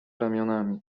ramionami